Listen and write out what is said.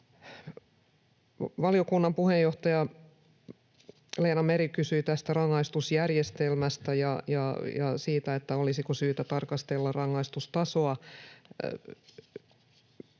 Valiokunnan puheenjohtaja Leena Meri kysyi rangaistusjärjestelmästä ja siitä, olisiko syytä tarkastella rangaistustasoa.